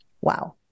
Wow